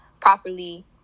properly